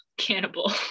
cannibal